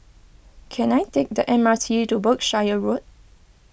can I take the M R T to Berkshire Road